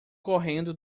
correndo